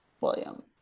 william